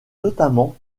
notamment